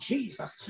Jesus